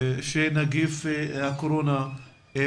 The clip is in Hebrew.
שאורך כבר